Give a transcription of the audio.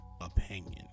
opinion